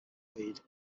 lead